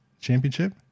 championship